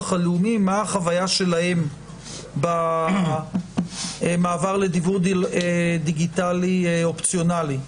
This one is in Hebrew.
הלאומי מה החוויה שלהם במעבר לדיוור דיגיטלי אופציונלי.